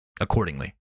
accordingly